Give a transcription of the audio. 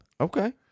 Okay